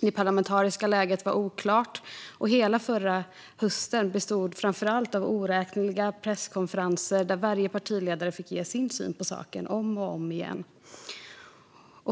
Det parlamentariska läget var oklart, och hela förra hösten bestod framför allt av oräkneliga presskonferenser där varje partiledare fick ge sin syn på saken om och om igen.